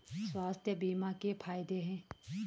स्वास्थ्य बीमा के फायदे हैं?